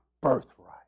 birthright